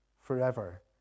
forever